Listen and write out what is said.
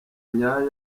nyayo